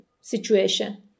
situation